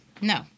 no